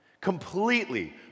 completely